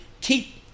keep